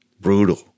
brutal